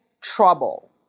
trouble